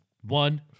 One